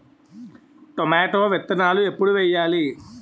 Tomato విత్తనాలు ఎప్పుడు వెయ్యాలి?